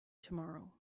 tomorrow